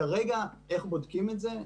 כרגע, איך בודקים את זה?